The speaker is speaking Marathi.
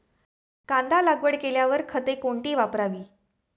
कांदा लागवड केल्यावर खते कोणती वापरावी?